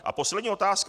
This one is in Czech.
A poslední otázka.